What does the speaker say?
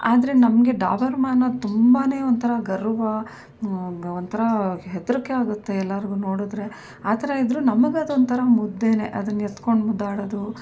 ಆದರೆ ನಮಗೆ ಡಾಬರ್ಮೆನು ತುಂಬಾ ಒಂಥರ ಗರ್ವ ಒಂಥರ ಹೆದ್ರಿಕೆ ಆಗುತ್ತೆ ಎಲ್ಲರಿಗೂ ನೋಡಿದ್ರೆ ಆ ಥರ ಇದ್ದರೂ ನಮಗೆ ಅದೊಂಥರ ಮುದ್ದೇ ಅದನ್ನು ಎತ್ಕೊಂಡು ಮುದ್ದಾಡೋದು